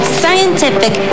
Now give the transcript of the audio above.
scientific